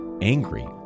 angry